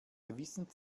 gewissen